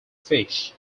fish